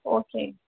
okay